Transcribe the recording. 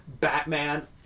Batman